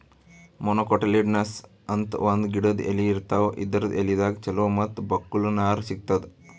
monocotyledonous ಅಂತ್ ಒಂದ್ ಗಿಡದ್ ಎಲಿ ಇರ್ತಾವ ಇದರ್ ಎಲಿದಾಗ್ ಚಲೋ ಮತ್ತ್ ಬಕ್ಕುಲ್ ನಾರ್ ಸಿಗ್ತದ್